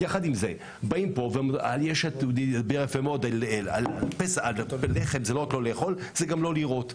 יחד עם זאת בפסח זה לא רק לא לאכול לחם אלא זה גם לא לראות.